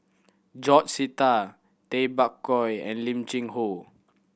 George Sita Tay Bak Koi and Lim Cheng Hoe